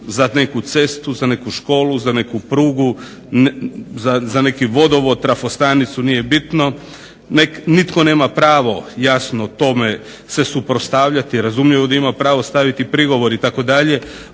za neku cestu za neku školu za neku prugu za neki vodovod, trafostanicu nije bitno nitko nema pravo jasno tome se suprostavljavati razumljivo da ima pravo staviti prigovor itd, ali